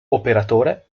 operatore